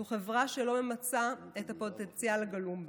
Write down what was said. זו חברה שלא ממצה את הפוטנציאל הגלום בה.